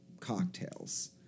cocktails